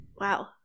wow